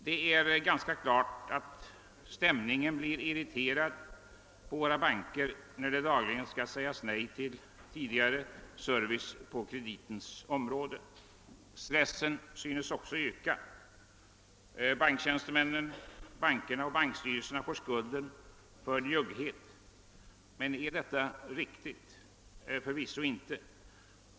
Stämningen blir självfallet irriterad inom våra banker då de dagligen skall säga nej till tidigare service på kreditområdet. Stressen synes också öka. Banktjänstemännen, «bankerna «och bankstyrelserna får skulden för njuggheten. Men är detta riktigt? Förvisso inte.